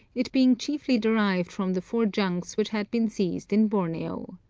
it being chiefly derived from the four junks which had been seized in borneo.